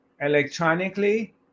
electronically